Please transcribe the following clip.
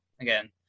again